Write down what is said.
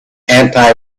anti